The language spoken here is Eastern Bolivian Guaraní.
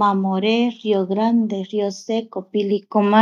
mamore río grande, río seco, pilicomayo...